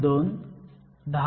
8 आणि 11